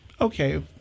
Okay